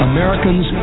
Americans